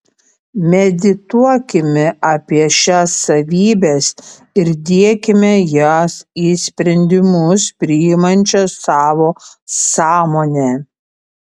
medituokime apie šias savybes ir diekime jas į sprendimus priimančią savo sąmonę